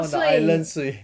on the island 睡